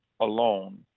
alone